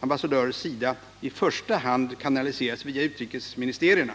ambassadörers sida i första hand kanaliseras via utrikesministerier.